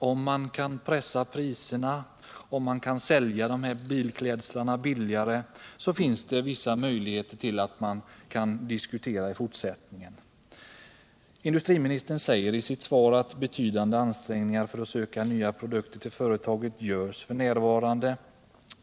Om man pressade priserna och sålde klädseln till bilar billigare, funnes vissa möjligheter till fortsatt diskussion. Industriministern säger i sitt svar att betydande ansträngningar görs f. n. för att söka nya produkter till företaget. Då är